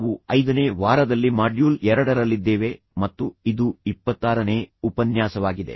ನಾವು ಐದನೇ ವಾರದಲ್ಲಿ ಮಾಡ್ಯೂಲ್ ಎರಡರಲ್ಲಿದ್ದೇವೆ ಮತ್ತು ಇದು ಇಪ್ಪತ್ತಾರನೇ ಉಪನ್ಯಾಸವಾಗಿದೆ